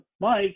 Mike